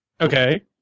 Okay